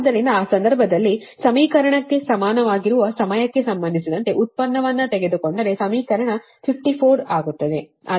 ಆದ್ದರಿಂದ ಆ ಸಂದರ್ಭದಲ್ಲಿ ಸಮೀಕರಣಕ್ಕೆ ಸಮನಾಗಿರುವ ಸಮಯಕ್ಕೆ ಸಂಬಂಧಿಸಿದಂತೆ ವ್ಯುತ್ಪನ್ನವನ್ನು ತೆಗೆದುಕೊಂಡರೆ ಸಮೀಕರಣ 54 ಆಗುತ್ತದೆ